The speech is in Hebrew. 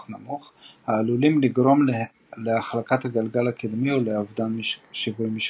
נמוך העלולים לגרום להחלקת הגלגל הקדמי ולאבדן שווי משקל.